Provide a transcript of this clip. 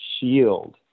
shield